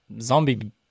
zombie